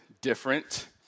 different